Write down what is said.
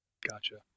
Gotcha